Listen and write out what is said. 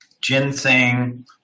ginseng